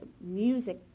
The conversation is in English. music